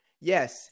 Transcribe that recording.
Yes